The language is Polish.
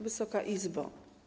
Wysoka Izbo!